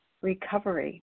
Recovery